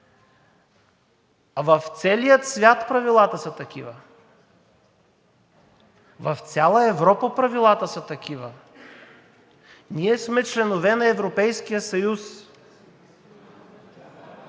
В целия свят правилата са такива. В цяла Европа правилата са такива. Ние сме членове на Европейския съюз.